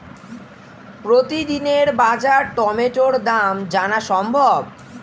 প্রতিদিনের বাজার টমেটোর দাম জানা সম্ভব?